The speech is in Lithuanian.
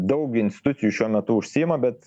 daug institucijų šiuo metu užsiima bet